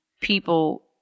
people